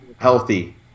healthy